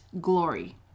glory